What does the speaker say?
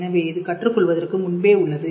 எனவே இது கற்றுக் கொள்வதற்கு முன்பே உள்ளது